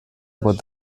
aber